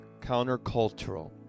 countercultural